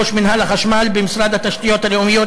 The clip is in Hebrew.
ראש מינהל החשמל במשרד התשתיות הלאומיות,